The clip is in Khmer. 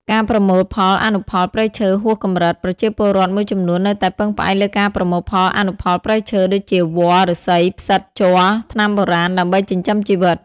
ការប្រមូលផលអនុផលព្រៃឈើហួសកម្រិត ប្រជាពលរដ្ឋមួយចំនួននៅតែពឹងផ្អែកលើការប្រមូលផលអនុផលព្រៃឈើ ដូចជា វល្លិ ឫស្សី ផ្សិត ជ័រ ថ្នាំបុរាណ ដើម្បីចិញ្ចឹមជីវិត។